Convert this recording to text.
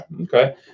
okay